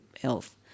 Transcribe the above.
health